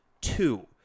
two—